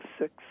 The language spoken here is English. six